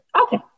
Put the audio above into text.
Okay